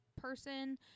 person